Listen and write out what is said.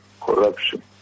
corruption